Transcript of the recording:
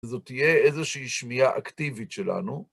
זו תהיה איזושהי שמיעה אקטיבית שלנו.